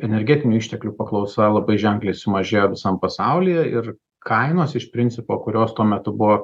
energetinių išteklių paklausa labai ženkliai sumažėjo visam pasaulyje ir kainos iš principo kurios tuo metu buvo